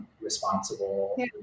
responsible